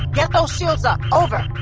get those shields up, over!